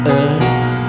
earth